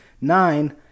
Nine